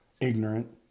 ignorant